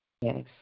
Yes